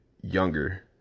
younger